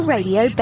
Radio